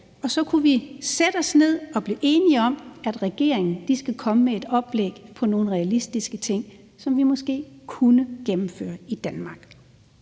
og så kunne vi sætte os ned og blive enige om, at regeringen skal komme med et oplæg på nogle realistiske ting, som vi måske kunne gennemføre i Danmark.